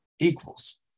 equals